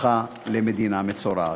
הפכה למדינה מצורעת?